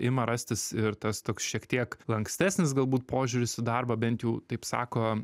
ima rastis ir tas toks šiek tiek lankstesnis galbūt požiūris į darbą bent jau taip sako